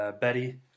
Betty